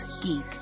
geek